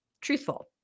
truthful